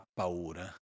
paura